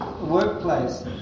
workplace